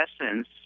essence